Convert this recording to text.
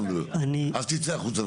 אז תצא החוצה,